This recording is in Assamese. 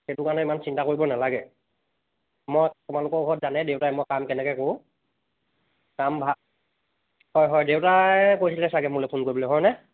সেইটো কাৰণে ইমান চিন্তা কৰিব নালাগে মই আপোনালোকৰ ঘৰত জানে দেউতাই মই কাম কেনেকৈ কৰোঁ কাম ভাল হয় হয় দেউতাই কৈছিলে চাগে মোলৈ ফোন কৰিবলৈ হয়নে